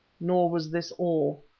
nor was this all.